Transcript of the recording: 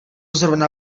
zrovna